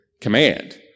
command